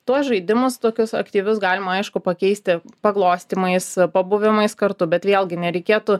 tuos žaidimus tokius aktyvius galima aišku pakeisti paglostymais pabuvimas kartu bet vėlgi nereikėtų